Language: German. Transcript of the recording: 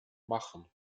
machen